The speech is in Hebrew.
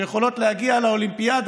שיכולות להגיע לאולימפיאדה,